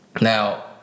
Now